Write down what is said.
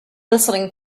listening